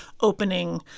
opening